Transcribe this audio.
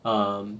um